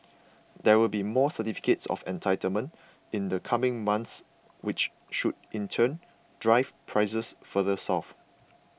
there will be more certificates of entitlement in the coming month which should in turn drive prices further south